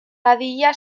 dadila